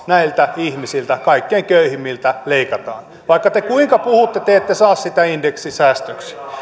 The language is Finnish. näiltä ihmisiltä kaikkein köyhimmiltä tasoa leikataan vaikka te kuinka puhutte te ette saa sitä indeksisäästöksi